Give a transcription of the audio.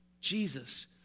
Jesus